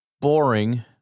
boring